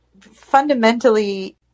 Fundamentally